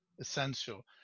essential